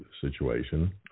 situation